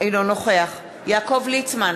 אינו נוכח יעקב ליצמן,